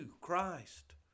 Christ